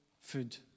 food